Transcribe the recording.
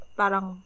parang